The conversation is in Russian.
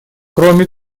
кроме